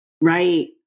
Right